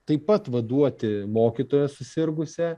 taip pat vaduoti mokytoją susirgusią